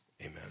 Amen